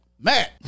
Matt